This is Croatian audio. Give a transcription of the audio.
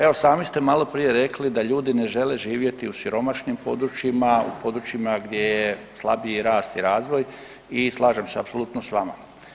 Evo sami ste maloprije rekli da ljudi ne žele živjeti u siromašnim područjima, u područjima gdje je slabiji rast i razvoj i slažem se apsolutno s vama.